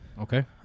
Okay